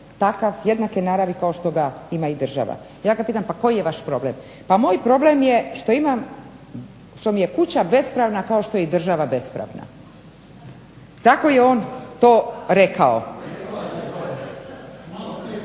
takav, jednake naravi kao što ga ima i država. Ja ga pitam pa koji je vaš problem. Pa moj problem je što imam, što mi je kuća bespravna kao što je i država bespravna. Tako je on to rekao.